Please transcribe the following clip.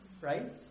right